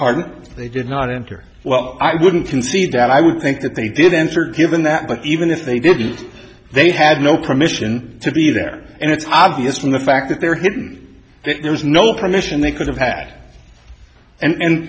aren't they did not enter well i wouldn't concede that i would think that they did enter given that but even if they didn't they had no permission to be there and it's obvious from the fact that they're hidden there's no permission they could have had and